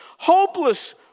Hopeless